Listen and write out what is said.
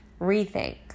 rethink